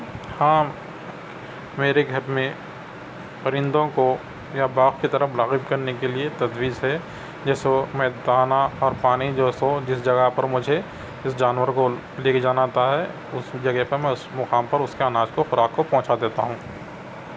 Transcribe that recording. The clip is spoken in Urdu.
ہاں میرے گھر میں پرندوں کو یا باغ کی طرف راغب کرنے کے لئے ایک تجویز ہے جیسے میں دانہ اور پانی جو سو جس جگہ پر مجھے اس جانوروں کو لے کے جانا ہوتا ہے اس جگہ پر میں اس مقام پر اس کا اناج کوخوراک کو پہنچا دیتا ہوں